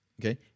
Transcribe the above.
okay